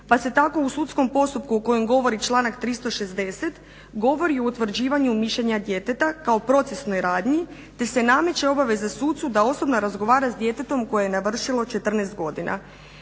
pa se tako u sudskom postupku o kojem govori članak 360 govori o utvrđivanju mišljenja djeteta kao procesnoj radnji te se nameće obaveza sucu da osobno razgovara s djetetom koje je navršilo 14 godina.